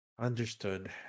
Understood